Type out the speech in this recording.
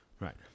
Right